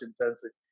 intensity